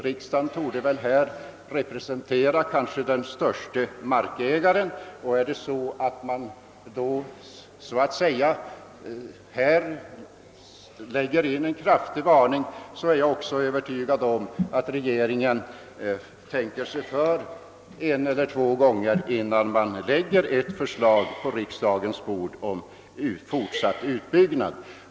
Riksdagen torde väl här representera kanske den största markägaren och om den då här, så att säga, lägger in en kraftig varning, så är jag också övertygad om att regeringen tänker sig för en eller två gånger, innan den framlägger ett förslag på riksdagens bord om fortsatt utbyggnad.